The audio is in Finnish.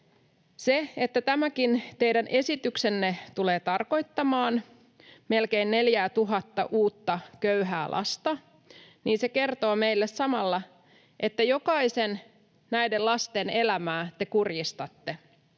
Se, että tämä teidän esityksenne tulee tarkoittamaan melkein 4 000:ta uutta köyhää lasta, kertoo meille samalla, että näistä jokaisen lapsen elämää te kurjistatte.